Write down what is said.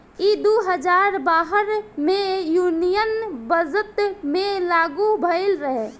ई दू हजार बारह मे यूनियन बजट मे लागू भईल रहे